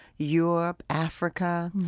europe, africa,